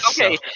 Okay